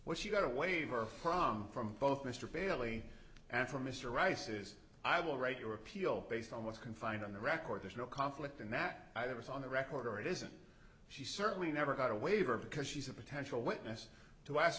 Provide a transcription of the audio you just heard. what she got a waiver from from both mr bailey and from mr rice is i will write your appeal based on what's confined on the record there's no conflict and that i was on the record or it isn't she certainly never got a waiver because she's a potential witness to ask